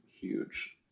huge